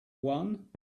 one